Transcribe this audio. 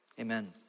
amen